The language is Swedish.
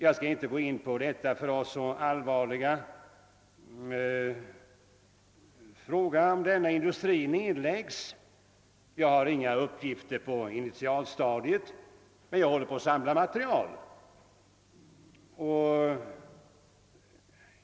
Jag skall inte gå in på denna för oss så allvarliga fråga om denna industri nedläggs. Jag har inga uppgifter på initialstadiet, men jag håller på att samla material.